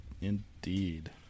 Indeed